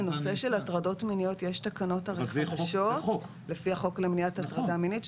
בנושא הטרדות מיניות הרי יש תקנות חדשות לפי החוק למניעת הטרדה מינית,